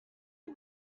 des